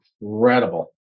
incredible